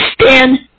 stand